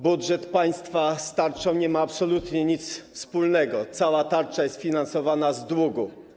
Budżet państwa z tarczą nie ma absolutnie nic wspólnego - cała tarcza jest finansowana z długu.